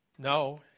No